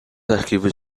arquivos